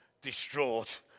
distraught